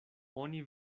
oni